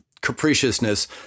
capriciousness